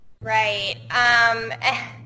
Right